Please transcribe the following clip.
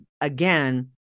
again